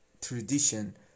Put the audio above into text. tradition